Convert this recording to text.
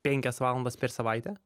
penkias valandas per savaitę